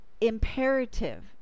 imperative